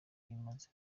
imaze